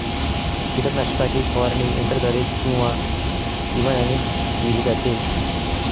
कीटकनाशकाची फवारणी यंत्राद्वारे किंवा विमानाने केली जाते